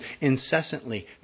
Incessantly